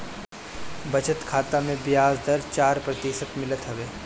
बचत खाता में बियाज दर चार प्रतिशत मिलत हवे